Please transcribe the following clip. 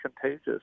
contagious